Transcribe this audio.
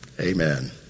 Amen